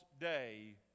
day